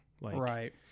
Right